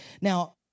Now